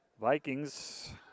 Vikings